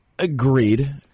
Agreed